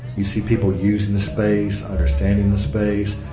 you see people using the space, understanding the space.